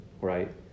right